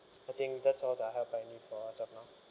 I think that's all that I have by need for as of now